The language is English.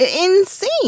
insane